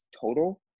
total